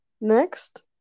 Next